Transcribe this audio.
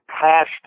past